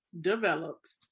developed